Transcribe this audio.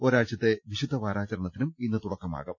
ഒരാ ഴ്ചത്തെ വിശുദ്ധ വാരാചരണത്തിനും ഇന്ന് തുടക്കമാകും